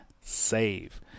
save